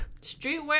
streetwear